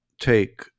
take